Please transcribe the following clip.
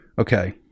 okay